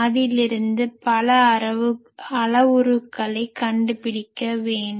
அதிலிருந்து பல அளவுருக்களை கண்டு பிடிக்க வேண்டும்